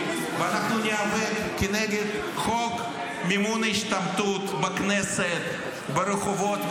ואנחנו ניאבק נגד חוק מימון ההשתמטות בכנסת ברחובות,